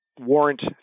warrant